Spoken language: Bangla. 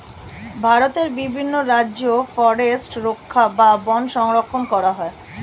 ভারতের বিভিন্ন রাজ্যে ফরেস্ট রক্ষা বা বন সংরক্ষণ করা হয়